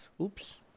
Oops